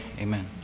amen